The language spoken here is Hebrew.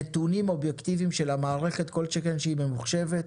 נתונים אובייקטיבים של המערכת כל שכן שהיא ממוחשבת,